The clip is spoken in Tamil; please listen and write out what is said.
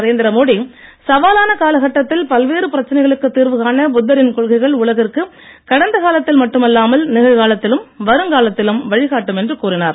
நரேந்திர மோடி சவாலான காலகட்டத்தில் பல்வேறு பிரச்சனைகளுக்கு தீர்வு காண புத்தரின் கொள்கைகள் உலகிற்கு கடந்த காலத்தில் மட்டுமல்லாமல் நிகழ் காலத்திலும் வருங்காலத்திலும் வழி காட்டும் என்று கூறினார்